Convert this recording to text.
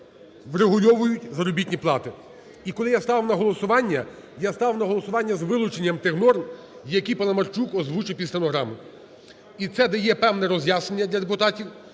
врегульовують заробітні плати. І коли я ставив на голосування, я ставив на голосування з вилученням тих норм, які Паламарчук озвучив під стенограму. І це дає певне роз'яснення для депутатів.